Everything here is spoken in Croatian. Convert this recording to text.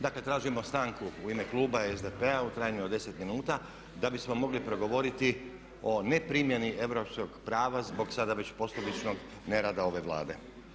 Dakle tražimo stanku u ime kluba SDP-a u trajanju od 10 minuta da bismo mogli progovoriti o neprimjeni europskog prava zbog sada već poslovičnog nerada ove Vlade.